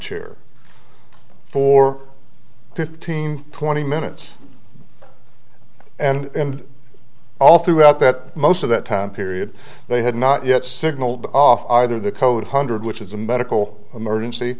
chair for fifteen twenty minutes and all throughout that most of that time period they had not yet signaled off either the code hundred which is a medical emergency